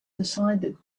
decided